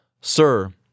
Sir